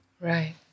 Right